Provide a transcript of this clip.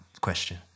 question